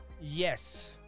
yes